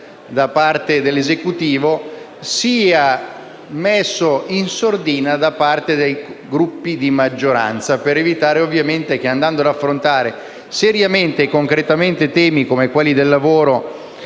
da parte dell’Esecutivo, ma anche messo in sordina da parte dei Gruppi di maggioranza per evitare che, andando ad affrontare seriamente e concretamente temi come quelli del lavoro